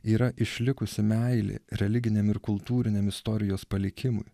yra išlikusi meilė religiniam ir kultūriniam istorijos palikimui